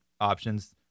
options